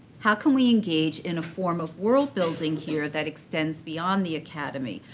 how can we engage in a form of world building here that extends beyond the academy?